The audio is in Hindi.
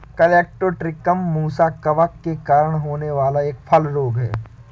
कलेक्टोट्रिकम मुसा कवक के कारण होने वाला एक फल रोग है